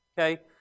Okay